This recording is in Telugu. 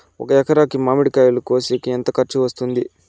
ఒక ఎకరాకి మామిడి కాయలు కోసేకి ఎంత ఖర్చు వస్తుంది?